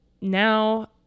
now